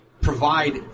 provide